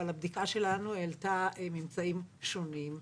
אבל הבדיקה שלנו העלתה ממצאים שונים.